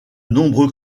nombreux